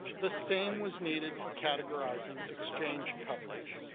the same was needed for categorizing exchange coverage.